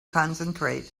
concentrate